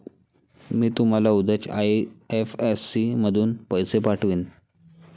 मी तुम्हाला उद्याच आई.एफ.एस.सी मधून पैसे पाठवीन